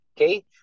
okay